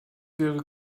wäre